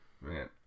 Man